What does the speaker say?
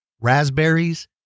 raspberries